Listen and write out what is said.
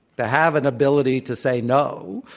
to have an ability to say no,